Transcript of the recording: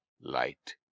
light